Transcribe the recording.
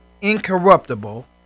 Incorruptible